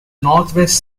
northwest